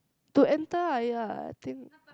to enter !aiya! I think